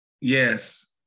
Yes